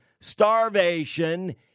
starvation